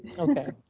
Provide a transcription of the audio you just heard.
okay.